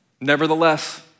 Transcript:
Nevertheless